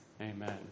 Amen